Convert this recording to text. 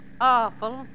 Awful